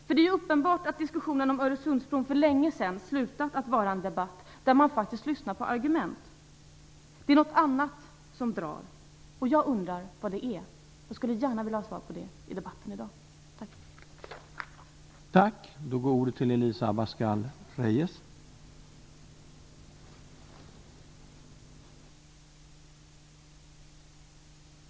För det är ju uppenbart att diskussionen om Öresundsbron för länge sedan slutat att vara en debatt där man faktiskt lyssnar på argument. Det är något annat som drar, och jag undrar vad det är. Jag skulle gärna vilja ha svar på det i debatten i dag. Tack!